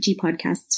podcasts